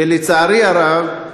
ולצערי הרב,